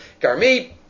Garmi